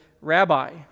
Rabbi